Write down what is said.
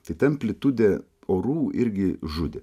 tai ta amplitudė orų irgi žudė